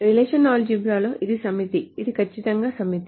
relational algebra లో ఇది సమితి ఇది ఖచ్చితంగా సమితి